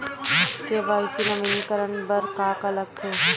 KYC नवीनीकरण बर का का लगथे?